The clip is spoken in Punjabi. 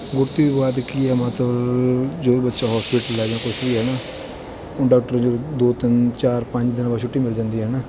ਗੁੜ੍ਹਤੀ ਤੋਂ ਬਾਅਦ ਕੀ ਹੈ ਮਤਲਬ ਜਦੋਂ ਵੀ ਬੱਚਾ ਹੌਸਪੀਟਲ ਹੈ ਜਾਂ ਕੁਛ ਵੀ ਹੈ ਹੈ ਨਾ ਉਹਨੂੰ ਡੋਕਟਰ ਜਦੋਂ ਦੋ ਤਿੰਨ ਦਿਨ ਚਾਰ ਪੰਜ ਦਿਨ ਬਾਅਦ ਛੁੱਟੀ ਮਿਲ ਜਾਂਦੀ ਹੈ ਨਾ